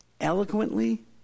eloquently